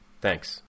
Thanks